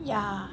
ya